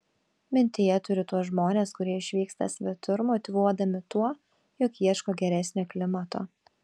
mintyje turiu tuos žmones kurie išvyksta svetur motyvuodami tuo jog ieško geresnio klimato